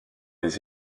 les